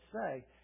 say